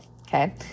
okay